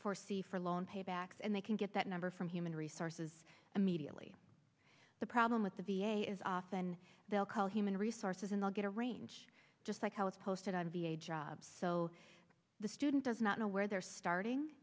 foresee for loan paybacks and they can get that number from human resources immediately the problem with the v a is often they'll call human resources and they'll get a range just like how it's posted on a v a job so the student does not know where they're starting